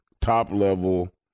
top-level